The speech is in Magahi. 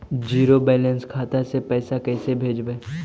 जीरो बैलेंस खाता से पैसा कैसे भेजबइ?